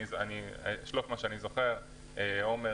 אני אשלוף מה שאני זוכר: עומר,